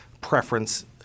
preference